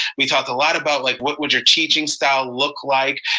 we talked a lot about like, what would your teaching style look like?